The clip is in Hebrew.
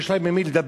יש להם עם מי לדבר?